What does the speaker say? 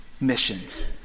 missions